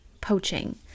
poaching